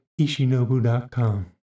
ishinobu.com